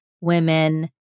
women